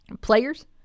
players